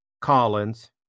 Collins